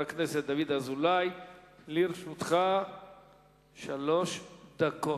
יש הרי קטעים שלמים לא מגודרים.